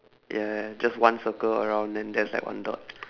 ya just one circle around then there's like one dot